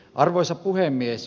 arvoisa puhemies